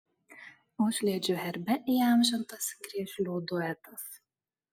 užliedžių herbe įamžintas griežlių duetas